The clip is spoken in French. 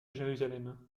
jérusalem